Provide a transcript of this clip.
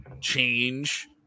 change